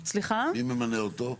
מי ממנה אותו?